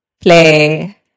play